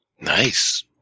Nice